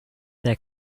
their